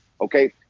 Okay